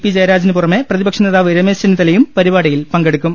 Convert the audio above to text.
P ജയരാജന് പുറമെ പ്രതിപക്ഷ നേതാവ് രമേശ് ചെന്നിത്തലയും പരിപാടിയിൽ പങ്കെടുക്കും